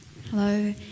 Hello